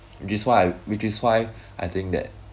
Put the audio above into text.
which is why which is why I think that